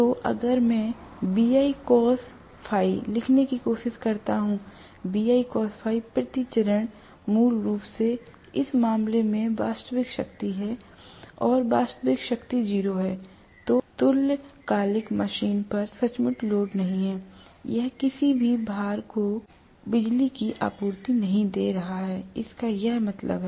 तो अगर मैं लिखने की कोशिश करता हूं प्रति चरण मूल रूप से इस मामले में वास्तविक शक्ति है और वास्तविक शक्ति 0 है तो तुल्यकालिक मशीन पर सचमुच लोड नहीं है यह किसी भी भार को बिजली की आपूर्ति नहीं दे रहा है इसका यह मतलब है